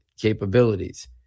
capabilities